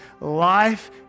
life